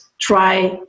try